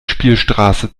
spielstraße